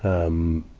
um,